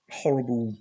horrible